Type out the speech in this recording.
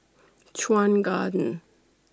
Chuan Garden